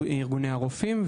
ארגוני הרופאים,